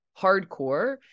hardcore